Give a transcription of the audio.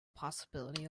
possibility